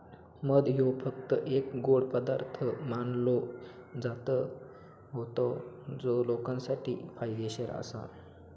मध ह्यो फक्त एक गोड पदार्थ मानलो जायत होतो जो लोकांसाठी फायदेशीर आसा